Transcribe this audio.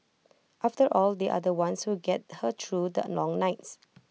after all they are the ones who get her through the long nights